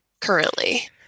currently